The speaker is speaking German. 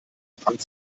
fand